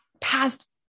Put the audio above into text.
past